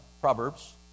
Proverbs